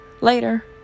Later